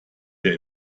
der